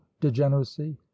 degeneracy